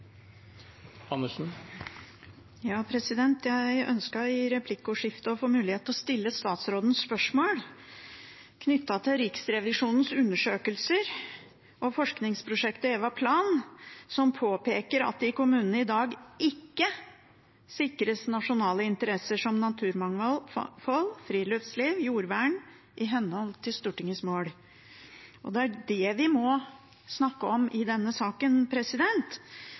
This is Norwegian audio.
Jeg ønsket i replikkordskiftet å få mulighet til å stille statsråden spørsmål knyttet til Riksrevisjonens undersøkelser og forskningsprosjektet EVAPLAN, som påpeker at det i kommunene i dag ikke sikres nasjonale interesser som naturmangfold, friluftsliv og jordvern i henhold til Stortingets mål. Det er det vi må snakke om i denne saken.